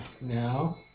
Now